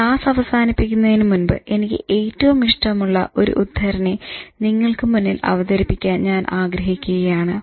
class അവസാനിപ്പിക്കുന്നതിന് മുൻപ് എനിക്ക് ഏറ്റവും ഇഷ്ടമുള്ള ഒരു ഉദ്ധരണി നിങ്ങൾക്ക് മുന്നിൽ അവതരിപ്പിക്കാൻ ഞാൻ ആഗ്രഹിക്കുകയാണ്